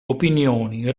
opinioni